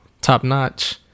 top-notch